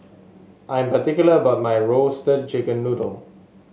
I'm particular about my Roasted Chicken Noodle